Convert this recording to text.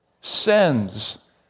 sends